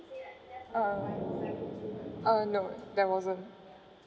uh uh no there wasn't